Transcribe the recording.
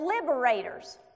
liberators